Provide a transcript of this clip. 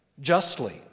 justly